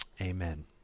Amen